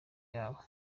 yabo